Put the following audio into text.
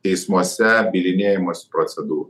teismuose bylinėjimosi procedūrų